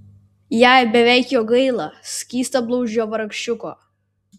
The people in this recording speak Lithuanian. jai beveik jo gaila skystablauzdžio vargšiuko